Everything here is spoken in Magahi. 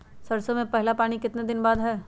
सरसों में पहला पानी कितने दिन बाद है?